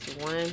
one